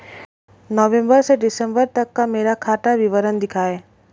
नवंबर से दिसंबर तक का मेरा खाता विवरण दिखाएं?